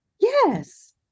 Yes